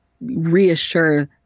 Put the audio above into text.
reassure